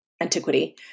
antiquity